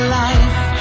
life